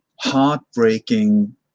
heartbreaking